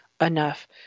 enough